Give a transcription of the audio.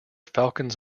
falcons